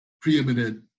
preeminent